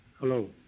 Hello